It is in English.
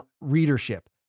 readership